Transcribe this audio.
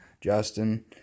Justin